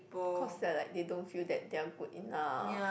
cause they're like they don't feel that they are good enough